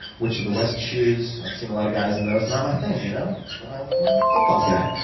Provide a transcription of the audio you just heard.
witch of the west shoes. i've seen a lot of guys in those. not my thing, you know? i'm a um ah like flip-flop guy.